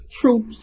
truth